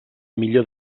millor